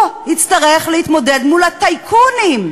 הוא יצטרך להתמודד מול הטייקונים,